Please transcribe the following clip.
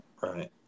Right